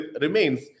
remains